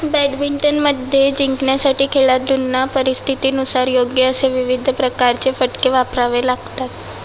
बॅडमिंटनमध्ये जिंकण्यासाठी खेळाडूंना परिस्थितीनुसार योग्य असे विविध प्रकारचे फटके वापरावे लागतात